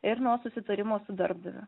ir nuo susitarimo su darbdaviu